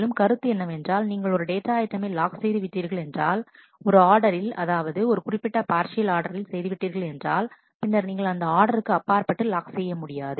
மேலும் கருத்து என்னவென்றால் நீங்கள் ஒரு டேட்டா ஐட்டமை லாக் செய்து விட்டீர்கள் என்றால் ஒரு ஆர்டரில் அதாவது குறிப்பிட்ட ஒரு பார்சியல் ஆர்டரில் செய்து விட்டீர்கள் என்றால் பின்னர் நீங்கள் அந்த ஆர்டருக்கு அப்பாற்பட்டு லாக் செய்ய முடியாது